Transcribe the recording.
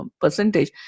percentage